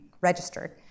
registered